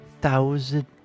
thousand